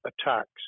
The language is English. attacks